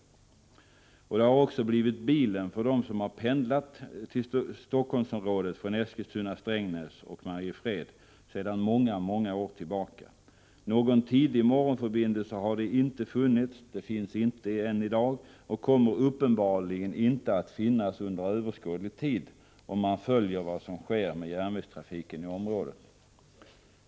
Det har också sedan många, många år tillbaka blivit bilen för dem som har pendlat till Stockholmsområdet från Eskilstuna-Strängnäs och Mariefred. Någon tidig morgonförbindelse har det inte funnits, finns inte i dag, och kommer uppenbarligen inte att finnas under överskådlig tid — om man får döma av vad som sker beträffande järnvägstrafiken i området.